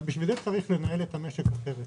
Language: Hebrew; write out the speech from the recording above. אבל בשביל זה צריך לנהל את המשק אחרת.